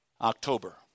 October